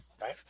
right